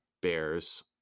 bears